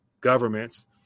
governments